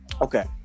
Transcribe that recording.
Okay